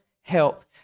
help